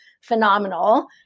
phenomenal